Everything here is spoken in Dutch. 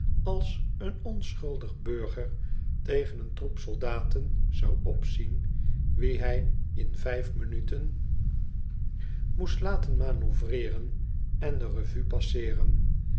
als een onschuldig burger tegen een troep soldaten zou opzien wie hij in vijf minuten manoeuvreeren en de revue passeeren